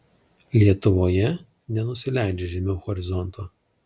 lietuvoje nenusileidžia žemiau horizonto